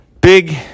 big